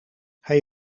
hij